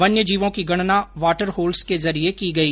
वन्यजीवों की गणना वॉटर होल्स के जरिए की गई